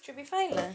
should be fine lah